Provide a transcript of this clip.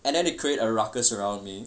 and then it create a ruckus around me